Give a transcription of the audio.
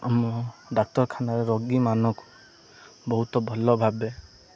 ଆମ ଡାକ୍ତରଖାନାରେ ରୋଗୀମାନଙ୍କୁ ବହୁତ ଭଲ ଭାବେ